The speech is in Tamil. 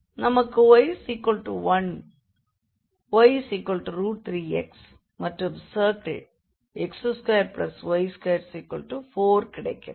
நமக்கு y1 y3x மற்றும் சர்க்கிள் x2y24கிடைக்கிறது